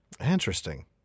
Interesting